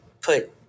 put